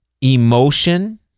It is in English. emotion